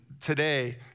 today